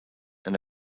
and